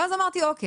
ואז אמרתי אוקיי,